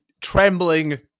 Trembling